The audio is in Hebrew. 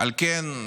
על כן,